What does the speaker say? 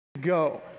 go